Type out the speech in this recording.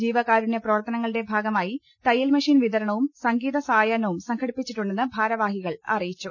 ജീവകാരുണ്യപ്രവർത്തനങ്ങളുടെ ഭാഗമായി തയ്യൽമെഷീൻ വിതരണവും സംഗീതസായാഹ്നവും സംഘടിപ്പിച്ചിട്ടുണ്ടെന്ന് ഭാരവാഹികൾ അറിയിച്ചു